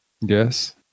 Yes